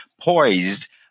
poised